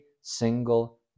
single